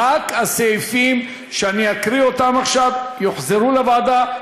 רק הסעיפים שאני אקריא אותם עכשיו יוחזרו לוועדה,